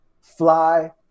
fly